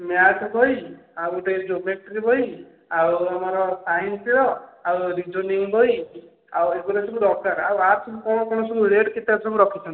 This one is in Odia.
ମ୍ୟାଥ୍ ବହି ଆଉ ଗୋଟେ ଜୋମେଟ୍ରି ବହି ଆଉ ଆମର ସାଇନ୍ସ ର ଆଉ ରିଜୋନିଙ୍ଗ ବହି ଆଉ ଏଗୁଡ଼ା ସବୁ ଦରକାର ଆଉ ଆର ସବୁ କଣ କଣ ରେଟ୍ କେତେ ସବୁ ରଖିଛନ୍ତି